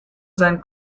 sein